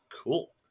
cool